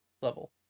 level